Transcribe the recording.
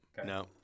No